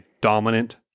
dominant